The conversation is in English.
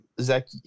Zach